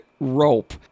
rope